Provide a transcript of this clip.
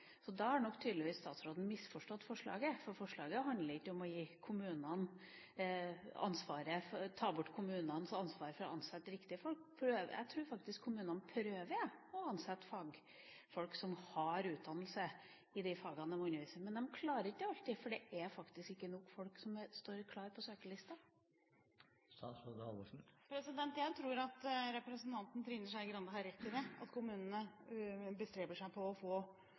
Da har nok tydeligvis statsråden misforstått forslaget, for forslaget handler ikke om å ta fra kommunen ansvaret for å ansette riktige folk. Jeg tror faktisk kommunene prøver å ansette fagfolk som har utdannelse i de fagene de underviser i, men de klarer det ikke alltid, for det er faktisk ikke nok folk som står klar på søkerlista. Jeg tror at representanten Trine Skei Grande har rett i at kommunene bestreber seg på å få